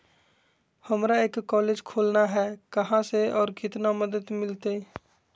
हमरा एक कॉलेज खोलना है, कहा से और कितना मदद मिलतैय?